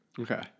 Okay